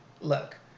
look